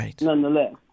nonetheless